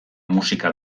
musika